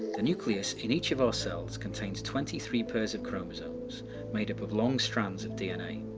the nucleus in each of our cells contains twenty three pairs of chromosomes made up of long strands of dna.